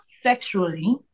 sexually